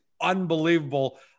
unbelievable